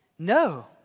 No